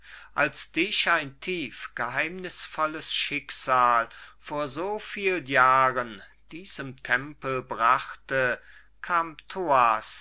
als dich ein tief geheimnißvolles schicksal vor so viel jahren diesem tempel brachte